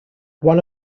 one